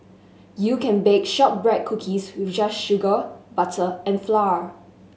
you can bake shortbread cookies with just sugar butter and flour